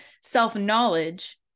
self-knowledge